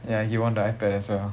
ya he won the iPad as well